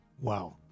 wow